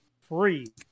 free